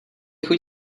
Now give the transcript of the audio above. chuť